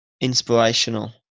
inspirational